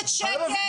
מבקשת שקט.